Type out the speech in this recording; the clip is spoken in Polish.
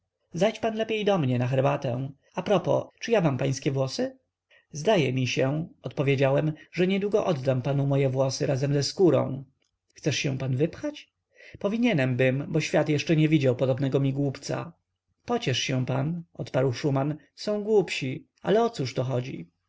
zajdź pan lepiej do mnie na herbatę a propos czy ja mam pańskie włosy zdaje mi się odpowiedziałem że niedługo oddam panu moje włosy razem ze skórą chcesz się pan wypchać powinienbym bo świat jeszcze nie widział podobnego mi głupca pociesz się pan odparł szuman są głupsi ale o cóżto chodzi